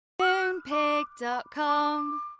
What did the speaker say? Moonpig.com